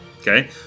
Okay